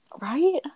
Right